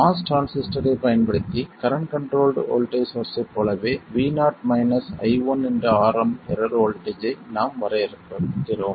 MOS டிரான்சிஸ்டரைப் பயன்படுத்தி current controlled voltage சோர்ஸ்ஸைப் போலவே Vo ii Rm error voltage ஐ நாம் வரையறுக்கிறோம்